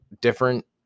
different